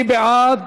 מי בעד?